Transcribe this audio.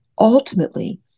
ultimately